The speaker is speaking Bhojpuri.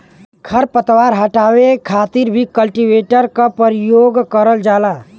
खर पतवार हटावे खातिर भी कल्टीवेटर क परियोग करल जाला